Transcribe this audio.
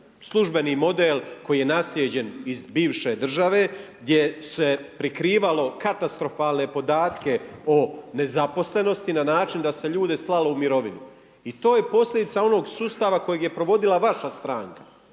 službeni model koji je naslijeđen iz bivše države gdje se prikrivalo katastrofalne podatke o nezaposlenosti na način da se ljude slalo u mirovinu. I to je posljedica onog sustava kojeg je provodila vaša stranka